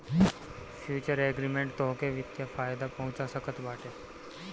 futures agreement तोहके वित्तीय फायदा पहुंचा सकत बाटे